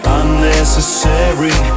unnecessary